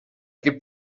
gibt